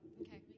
okay